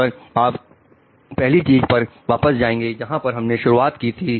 अगर आप पहली चीज पर वापस जाएंगे जहां से हमने शुरुआत करी थी